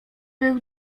był